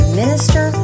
minister